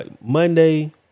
Monday